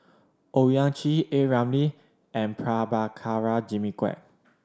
Owyang Chi A Ramli and Prabhakara Jimmy Quek